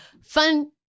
Fun